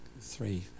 three